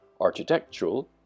architectural